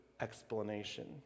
explanation